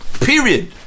period